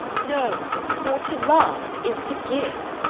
no, for to love is to give.